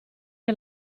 che